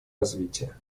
развития